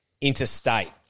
interstate